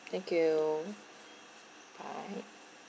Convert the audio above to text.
thank you bye